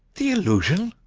the illusion!